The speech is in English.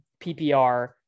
PPR